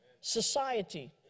Society